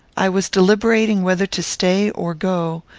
i was deliberating whether to stay or go,